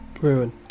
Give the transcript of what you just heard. Ruin